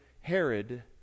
Herod